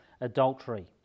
adultery